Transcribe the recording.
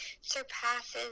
surpasses